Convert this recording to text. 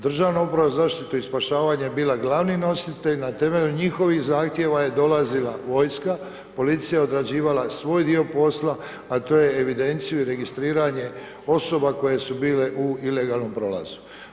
Državna uprava za zaštitu i spašavanje je bila glavni nositelj, na temelju njihovih zahtjeva je dolazila vojska, policija odrađivala svoj dio posla a tu je evidencija, registriranje osoba koje su bile u ilegalnom prolazu.